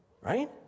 right